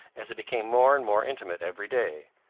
as they became more and more intimate every day.